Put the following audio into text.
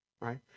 right